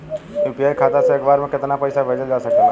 UPI खाता से एक बार म केतना पईसा भेजल जा सकेला?